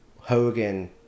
Hogan